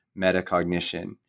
metacognition